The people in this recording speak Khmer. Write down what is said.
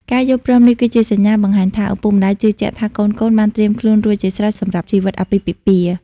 ការយល់ព្រមនេះគឺជាសញ្ញាបង្ហាញថា ឪពុកម្ដាយជឿជាក់ថាកូនៗបានត្រៀមខ្លួនរួចជាស្រេចសម្រាប់ជីវិតអាពាហ៍ពិពាហ៍។